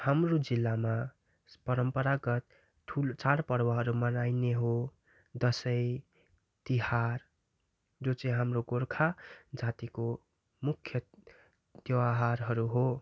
हाम्रो जिल्लामा परम्परागत ठुलो चाडपर्वहरू मनाइने हो दसैँ तिहार जो चाहिँ हाम्रो गोर्खा जातिको मुख्य तिहारहरू हो